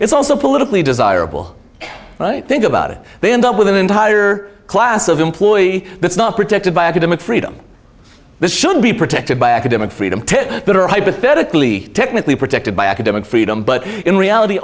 it's also politically desirable think about it they end up with an entire class of employee that's not protected by academic freedom this should be protected by academic freedom that are hypothetically technically protected by academic freedom but in reality